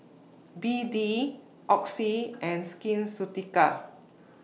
B D Oxy and Skin Ceuticals